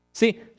See